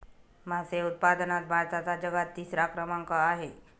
मासे उत्पादनात भारताचा जगात तिसरा क्रमांक आहे